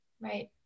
right